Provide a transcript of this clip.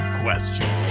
question